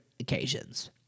occasions